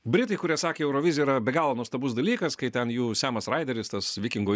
britai kurie sakė eurovizija yra be galo nuostabus dalykas kai ten jų semas raideris tas vikingų